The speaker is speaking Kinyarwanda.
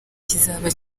kizaba